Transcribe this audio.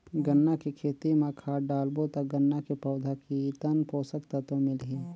गन्ना के खेती मां खाद डालबो ता गन्ना के पौधा कितन पोषक तत्व मिलही?